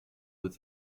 with